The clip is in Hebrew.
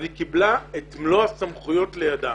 היא קיבלה את מלוא הסמכויות לידה.